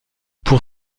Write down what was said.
pour